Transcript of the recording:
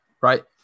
right